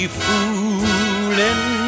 fooling